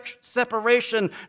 separation